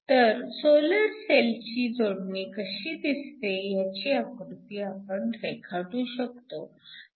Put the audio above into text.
तर सोलर सेलची जोडणी कशी दिसते ह्याची आकृती आपण रेखाटू शकतो